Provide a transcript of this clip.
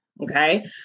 Okay